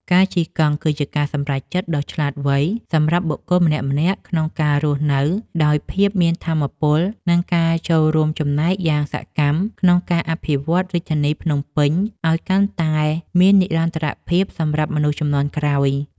ការជិះកង់គឺជាការសម្រេចចិត្តដ៏ឆ្លាតវៃសម្រាប់បុគ្គលម្នាក់ៗក្នុងការរស់នៅដោយភាពមានថាមពល និងការចូលរួមចំណែកយ៉ាងសកម្មក្នុងការអភិវឌ្ឍរាជធានីភ្នំពេញឱ្យកាន់តែមាននិរន្តរភាពសម្រាប់មនុស្សជំនាន់ក្រោយ។